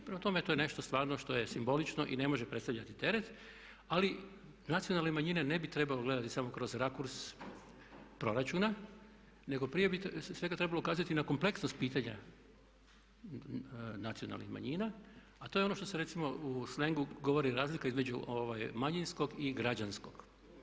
Prema tome to je nešto stvarno što je simbolično i ne može predstavljati teret ali nacionalne manjine ne bi trebalo gledati samo kroz rakurs proračuna nego prije bi svega trebalo ukazati na kompleksnost pitanja nacionalnih manjina a to je ono što se recimo u slengu govori razlika između manjinskog i građanskog.